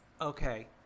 Okay